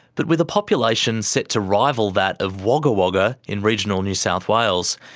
but with a population set to rival that of wagga wagga in regional new south wales,